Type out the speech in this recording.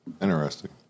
Interesting